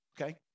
Okay